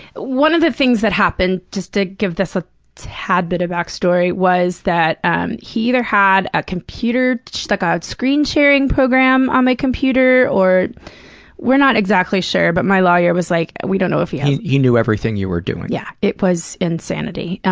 one of the things that happened, just to give this a tad bit of backstory, was that um he either had a computer like, ah a screen sharing program on my computer or we're not exactly sure, but my lawyer was like, we don't know if he has pg he knew everything you were doing. yeah. it was insanity.